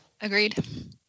Agreed